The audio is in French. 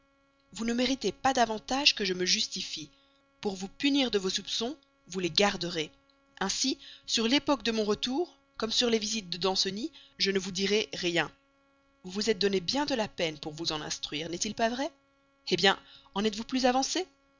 vous ne méritez pas davantage que je me justifie pour vous punir de vos soupçons vous les garderez ainsi sur l'époque de mon retour comme sur les visites de danceny je ne vous dirai rien vous vous êtes donné bien de la peine pour vous en instruire n'est-il pas vrai hé bien en êtes-vous plus avancé